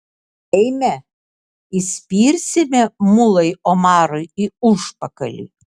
eime įspirsime mulai omarui į užpakalį